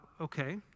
Okay